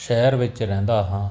ਸ਼ਹਿਰ ਵਿੱਚ ਰਹਿੰਦਾ ਹਾਂ